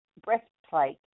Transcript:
breastplate